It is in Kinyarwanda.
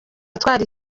atwara